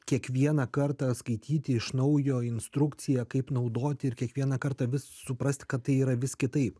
kiekvieną kartą skaityti iš naujo instrukciją kaip naudoti ir kiekvieną kartą vis suprast kad tai yra vis kitaip